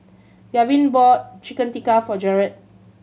Gavin bought Chicken Tikka for Jarad